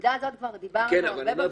הנקודה הזאת כבר דיברנו הרבה בוועדה.